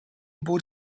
bod